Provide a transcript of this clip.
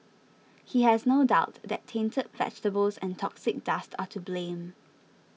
he has no doubt that tainted vegetables and toxic dust are to blame